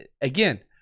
again